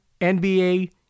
NBA